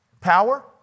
Power